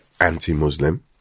anti-Muslim